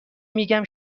میگم